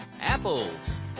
Apples